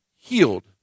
healed